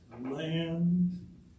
land